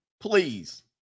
Please